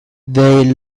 they